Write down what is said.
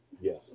yes